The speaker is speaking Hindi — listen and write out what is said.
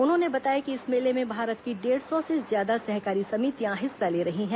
उन्होंने बताया कि इस मेले में भारत की डेढ़ सौ से ज्यादा सहकारी समितियां हिस्सा ले रही हैं